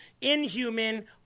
inhuman